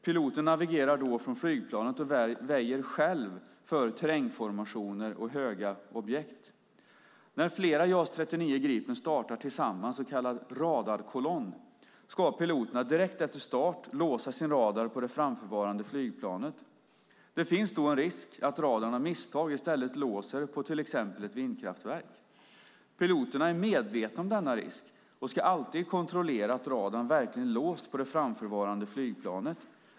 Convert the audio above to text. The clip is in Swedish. Piloten navigerar då från flygplanet och väjer själv för terrängformationer och höga objekt. När flera JAS 39 Gripen startar tillsammans - så kallad radarkolonn - ska piloterna direkt efter start låsa sin radar på det framförvarande flygplanet. Det finns då en risk att radarn av misstag i stället låser på till exempel ett vindkraftverk. Piloterna är medvetna om denna risk och ska alltid kontrollera att radarn verkligen låst på det framförvarande flygplanet.